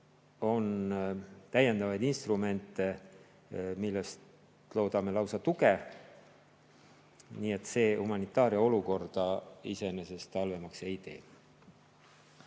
On täiendavaid instrumente, millest me loodame lausa tuge. Nii et see humanitaaria olukorda iseenesest halvemaks ei tee.